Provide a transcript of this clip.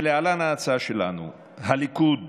ולהלן ההצעה שלנו: הליכוד,